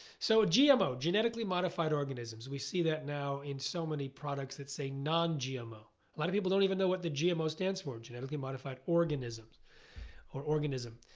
so gmo, genetically modified organisms. we see that now in so many products that say non-gmo. a lot of people don't even know what the gmo stands for. genetically modified organisms or organism.